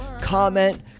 comment